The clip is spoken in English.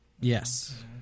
Yes